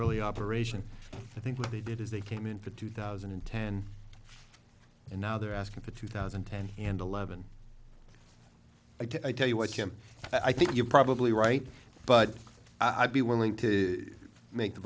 really operation i think what they did is they came in for two thousand and ten and now they're asking for two thousand and ten and eleven i tell you what i think you're probably right but i'd be willing to make the